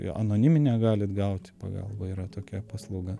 jo anoniminę galit gauti pagalbą yra tokia paslauga